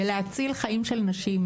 בלהציל חיים של נשים,